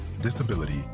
disability